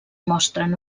mostren